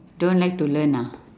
don't like to learn ah